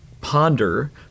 ponder